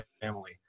family